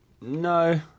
No